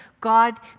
God